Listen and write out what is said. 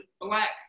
black